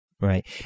Right